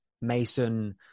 mason